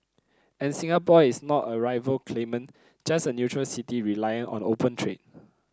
and Singapore is not a rival claimant just a neutral city reliant on open trade